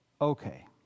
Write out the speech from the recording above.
Okay